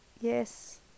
Yes